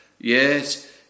Yes